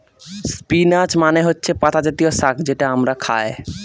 spinach মানে হচ্ছে পাতা জাতীয় শাক যেটা আমরা খায়